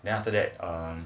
then after that um